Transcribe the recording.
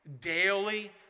daily